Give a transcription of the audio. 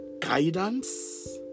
guidance